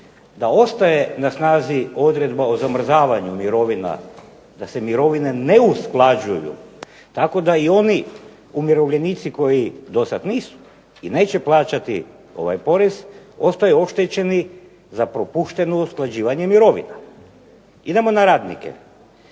da ostaje na snazi odredba o zamrzavanju mirovina, da se mirovine ne usklađuju tako da i oni umirovljenici koji dosad nisu i neće plaćati ovaj porez ostaju oštećeni za propušteno usklađivanje mirovina. Idemo na radnike.